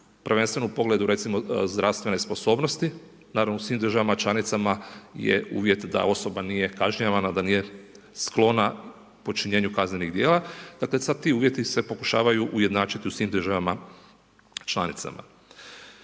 prvenstveno u pogledu recimo zdravstvene sposobnosti, naravno u svim državama je uvjet da osoba nije kažnjavana, da nije sklona počinjenju kaznenih djela. Dakle sada ti uvjeti se pokušavaju jednačiti u svim državama članicama.